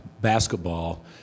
basketball